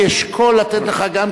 אני אשקול לתת לך גם,